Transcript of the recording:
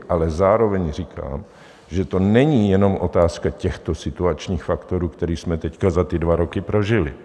Ale zároveň říkám, že to není jenom otázka těchto situačních faktorů, které jsme teď za ty dva roky prožili.